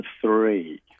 three